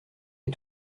est